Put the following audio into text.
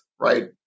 right